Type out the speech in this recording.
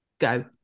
go